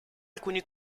alcuni